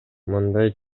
мындай